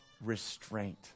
restraint